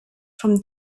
from